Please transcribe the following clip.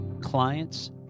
clients